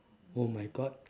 oh my god